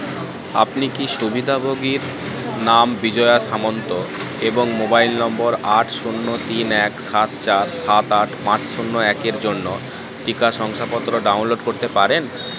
আপনি কি সুবিধাভোগীর নাম বিজয়া সামন্ত এবং মোবাইল নম্বর আট শূন্য তিন এক সাত চার সাত আট পাঁচ শূন্য এক এর জন্য টিকা শংসাপত্র ডাউনলোড করতে পারেন